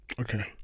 Okay